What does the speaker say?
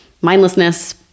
mindlessness